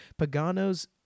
Pagano's